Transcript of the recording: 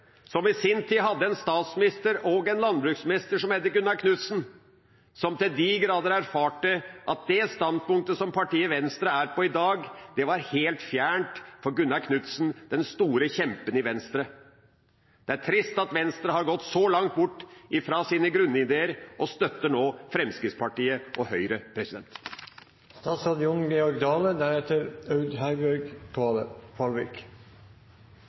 som i sin tid hadde en statsminister og en landbruksminister som het Gunnar Knudsen. Det standpunktet som partiet Venstre er på i dag, var helt fjernt for Gunnar Knudsen, den store kjempen i Venstre. Det er trist at Venstre har gått så langt bort fra sine grunnideer og nå støtter Fremskrittspartiet og Høyre.